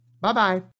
Bye-bye